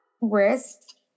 wrist